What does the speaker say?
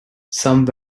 some